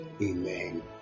amen